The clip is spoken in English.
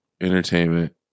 entertainment